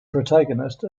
protagonist